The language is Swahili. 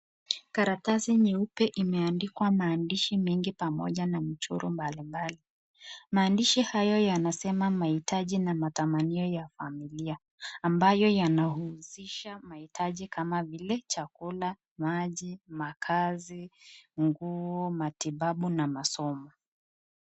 Karatasi nyeupe imeandikwa maandishi mengi pamoja na michoro mbali mbali. Maandishi hayo yanasema mahitaji na matamanio ya familia ambayo yanahusisha mahitaji kama vile chakula, maji, makazi, nguo, matibabu na masomo.